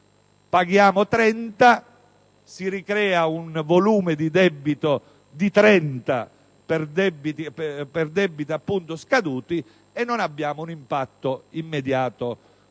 paghiamo 30 si ricrea un volume di debito di 30 per debiti scaduti e non abbiamo un impatto immediato